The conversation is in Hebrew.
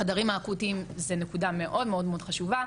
החדרים האקוטיים זו נקודה מאד מאד חשובה.